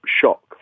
shock